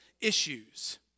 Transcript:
issues